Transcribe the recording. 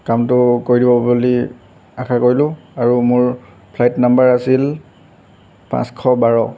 কামটো কৰি দিব বুলি আশা কৰিলো আৰু মোৰ ফ্লাইট নম্বৰ আছিল পাঁচশ বাৰ